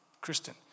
Kristen